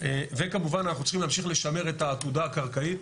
כמובן אנחנו צריכים להמשיך לשמר את העתודה הקרקעית